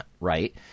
right